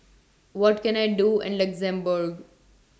What Can I Do in Luxembourg